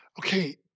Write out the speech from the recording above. Okay